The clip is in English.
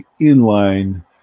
inline